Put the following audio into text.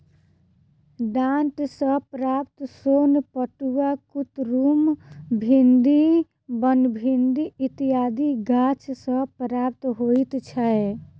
डांट सॅ प्राप्त सोन पटुआ, कुतरुम, भिंडी, बनभिंडी इत्यादि गाछ सॅ प्राप्त होइत छै